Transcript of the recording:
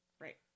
Right